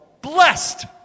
blessed